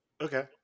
Okay